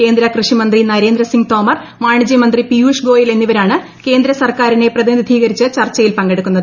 കേന്ദ്ര കൃഷി മന്ത്രി നരേന്ദ്രസിങ്ങ് തോമർ വാണിജ്ച് മന്ത്രി പീയുഷ് ഗോയൽ എന്നിവരാണ് കേന്ദ്ര സർക്കാരിന്റെ പ്രതിനിധീകരിച്ച് ചർച്ചയിൽ പങ്കെടുക്കുന്നത്